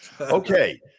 Okay